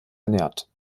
ernährt